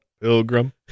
Pilgrim